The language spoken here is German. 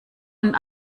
und